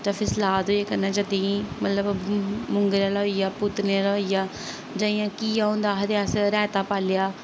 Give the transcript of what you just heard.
ते फ्ही सलाद होई गेआ कन्नै जल्दी मतलब मूंगरे आहला होई गेआ पूतने आह्ला होई गेआ जां इ'यां घिया होंदा आखदे अस रायता पाई लेआ